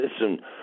listen